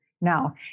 Now